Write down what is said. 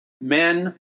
men